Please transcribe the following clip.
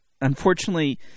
unfortunately